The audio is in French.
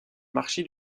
marché